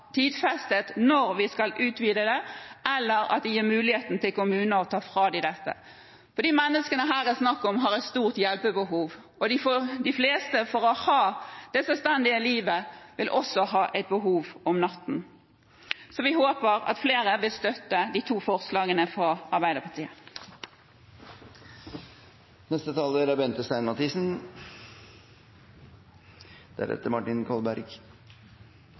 tidfestet når vi skal utvide den, eller at den gir muligheten til kommuner å ta fra dem dette. For de menneskene det her er snakk om, har et stort hjelpebehov, og de fleste vil også ha et behov om natten for å ha det selvstendige livet. Vi håper at flere vil støtte de to forslagene fra Arbeiderpartiet. Flere har uttrykt at dette er